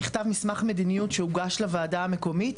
נכתב מסמך מדיניות שהוגש לוועדה המקומית